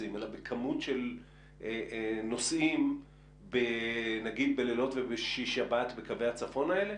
בכמות של נוסעים נגיד בלילות ובשישי שבת בקווי הצפון האלה?